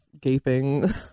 gaping